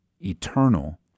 eternal